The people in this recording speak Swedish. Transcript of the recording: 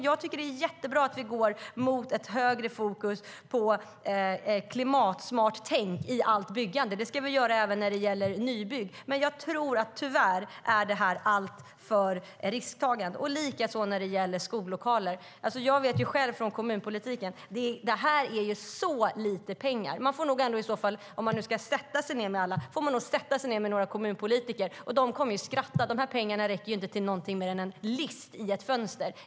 Jag tycker att det är jättebra att vi går mot större fokus på klimatsmart tänk i allt byggande. Det ska vi göra även när det gäller nybyggt. Men jag tror tyvärr att detta är alltför mycket av risktagande. Samma sak gäller för skollokaler. Jag vet själv från kommunpolitiken att det här är så lite pengar. Om man nu ska sätta sig ned med alla får man nog sätta sig ned även med några kommunpolitiker. De kommer att skratta, för pengarna räcker inte till någonting mer än en list i ett fönster.